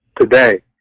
today